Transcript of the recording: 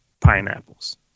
pineapples